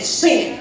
sin